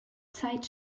zeit